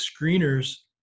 screener's